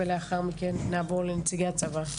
ולאחר מכן נעבור לנציגי הצבא.